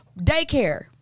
Daycare